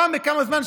פעם בכמה זמן,